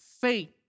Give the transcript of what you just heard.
faith